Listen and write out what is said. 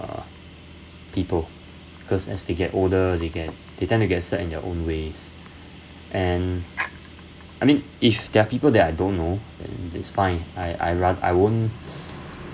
people because as they get older they get they tend to get set in their own ways and I mean if they are people that I don't know then it's fine I I ra~ I won't